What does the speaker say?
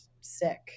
sick